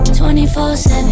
24-7